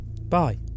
Bye